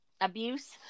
abuse